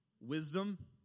wisdom